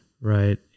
right